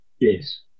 Yes